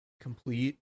complete